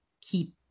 keep